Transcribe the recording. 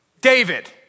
David